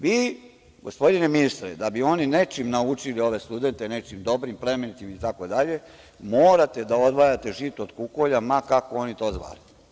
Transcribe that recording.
Vi gospodine ministre, da bi oni nečim naučili ove studente, nečim dobrim, plemenitim, morate da odvajate žito od kukolja, ma kako oni to zvali.